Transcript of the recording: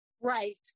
Right